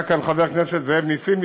היה כאן חבר הכנסת זאב נסים,